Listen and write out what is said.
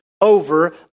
over